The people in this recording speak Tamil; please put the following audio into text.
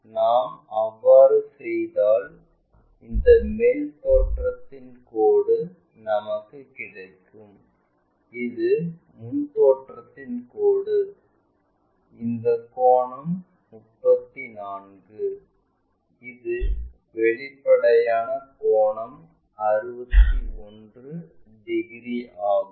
நாம் அவ்வாறு செய்தால் இந்த மேல் தோற்றத்தின் கோடு நமக்கு கிடைக்கும் இது முன் தோற்றத்தின் கோடு இந்த கோணம் 34 இது வெளிப்படையான கோணம் 61 டிகிரி ஆகும்